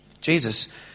Jesus